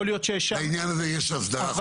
יכול להיות שיש שם --- לעניין הזה יש הסדרה חוקית כיום?